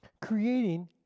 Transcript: creating